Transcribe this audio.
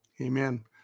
Amen